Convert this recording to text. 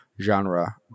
genre